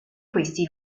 questi